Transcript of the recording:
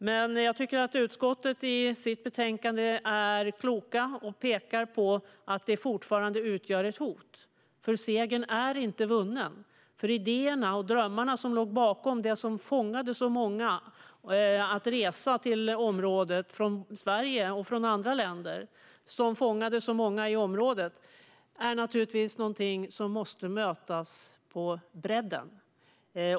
Men jag tycker att utskottet i sitt betänkande är klokt som pekar på att Daish fortfarande utgör ett hot. Segern är inte vunnen. Idéerna och drömmarna som låg bakom, det som lockade så många att resa till området från Sverige och andra länder och som fångade så många i området, är någonting som måste mötas på bredden.